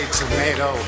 tomato